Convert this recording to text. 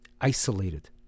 isolated